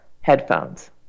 headphones